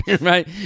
Right